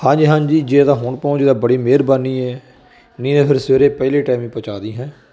ਹਾਂਜੀ ਹਾਂਜੀ ਜੇ ਤਾਂ ਹੁਣ ਪਹੁੰਚਦਾ ਬੜੀ ਮਿਹਰਬਾਨੀ ਹੈ ਨਹੀਂ ਤਾਂ ਫਿਰ ਸਵੇਰੇ ਪਹਿਲੇ ਟਾਈਮ ਹੀ ਪਹੁੰਚਾ ਦੇਈਂ ਹੈ